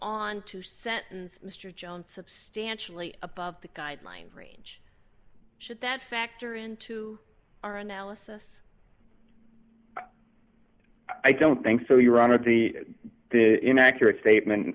on to sentence mr jones substantially above the guideline range should that factor into our analysis i don't think so your honor the inaccurate statement